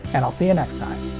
and i'll see you next time!